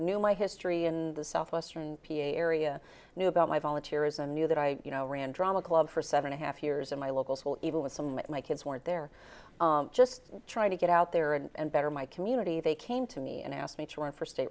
knew my history in the southwestern p a area knew about my volunteerism knew that i you know ran drama club for seven a half years in my local school even with some of my kids weren't there just trying to get out there and better my community they came to me and asked me to run for state